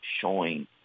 showing